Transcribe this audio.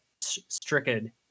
stricken